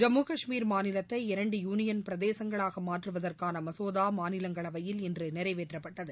ஜம்மு காஷ்மீர் மாநிலத்தை இரண்டு யூளியள் பிரதேசங்களாக மாற்றுவதற்கான மசோதாமாநிலங்களவையில் இன்று நிறைவேற்றப்பட்டது